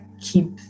keep